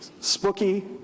Spooky